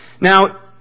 Now